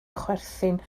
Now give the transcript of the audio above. chwerthin